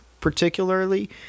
particularly